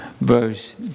verse